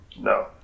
No